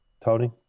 Tony